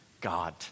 God